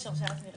יש הרשאת מרעה.